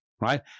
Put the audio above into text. Right